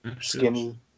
skinny